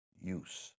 use